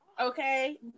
Okay